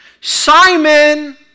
Simon